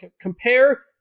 compare